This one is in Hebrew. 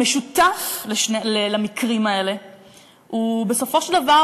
המשותף למקרים האלה הוא בסופו של דבר